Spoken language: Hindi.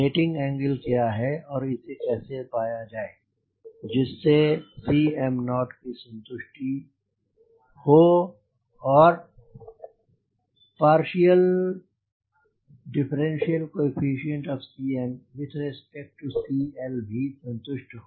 सेटिंग एंगल क्या है और इसे कैसे पाया जाए जिससे Cm0 की संतुष्टि हो और CmCL भी संतुष्ट हो